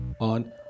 on